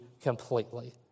completely